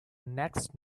next